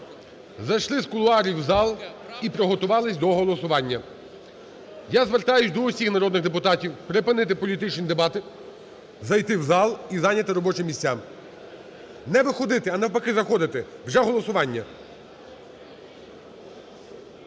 зайшли з кулуарів в зал і приготувались до голосування. Я звертаюсь до всіх народних депутатів припинити політичні дебати, зайти в зал і зайняти робочі місця. Не виходити, а навпаки заходити. Вже голосування.